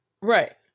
Right